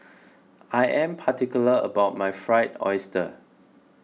I am particular about my Fried Oyster